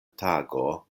tago